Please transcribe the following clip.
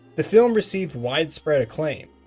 the film received widespread acclaim,